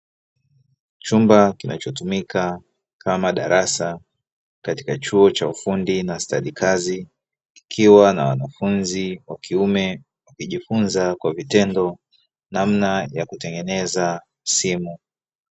Chumba kinachotumika kama darasa katika chuo cha ufundi na stadi kazi, kikiwa na wanafunzi wa kiume wakijifunza kwa vitendo namna ya kutengeneza simu.